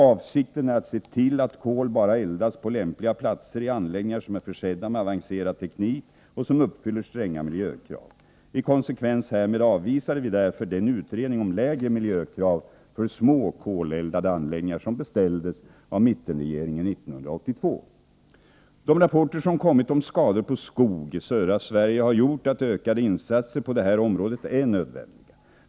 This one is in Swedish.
Avsikten är att se till att kol bara eldas på lämpliga platser i anläggningar som är försedda med avancerad teknik och som uppfyller stränga miljökrav. I konsekvens härmed avvisade vi därför den utredning om lägre miljökrav för små koleldade anläggningar som beställdes av mittenregeringen 1982. De rapporter som kommit om skador på skog i södra Sverige har gjort att ökade insatser på detta område är nödvändiga.